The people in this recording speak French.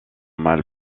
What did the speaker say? mal